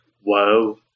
Whoa